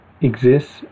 exists